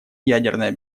ядерная